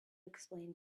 explain